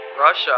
Russia